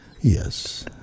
Yes